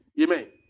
Amen